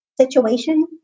situation